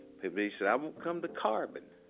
he but he said, i won't come to carbon.